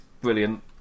brilliant